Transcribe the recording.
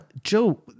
Joe